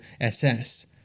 SS